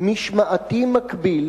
משמעתי מקביל